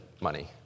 money